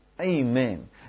Amen